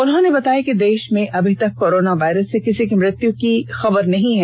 उन्होंन बताया कि देश में अभी तक कोरोना वायरस से किसी की मृत्यु होने की खबर नहीं है